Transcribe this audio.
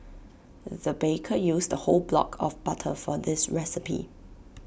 the baker used A whole block of butter for this recipe